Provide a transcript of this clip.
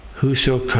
Whoso